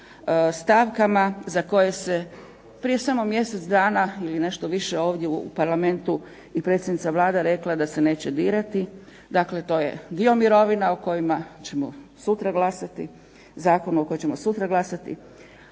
na stavkama za koje se prije samo mjesec dana ili nešto više ovdje u Parlamentu i predsjednica Vlade rekla da se neće dirati, dakle to je dio mirovina o kojima ćemo sutra glasati, zakon o kojem ćemo sutra glasati,